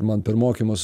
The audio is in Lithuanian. man per mokymus